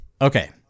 Okay